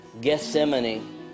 Gethsemane